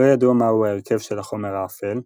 לא ידוע מהו ההרכב של החומר האפל,